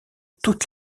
toutes